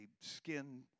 skin